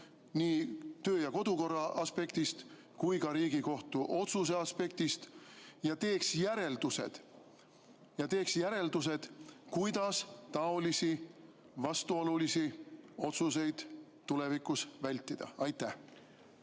nii kodu- ja töökorra aspektist kui ka Riigikohtu otsuse aspektist ja teeks järeldused, kuidas taolisi vastuolulisi otsuseid tulevikus vältida. Aitäh!